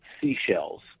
seashells